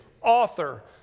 author